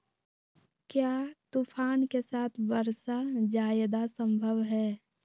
क्या तूफ़ान के साथ वर्षा जायदा संभव है?